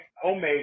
homemade